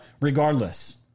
regardless